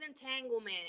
entanglement